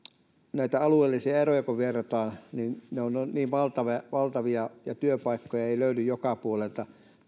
näitä alueellisia eroja kun verrataan niin ne ovat valtavia ja työpaikkoja ei löydy joka puolelta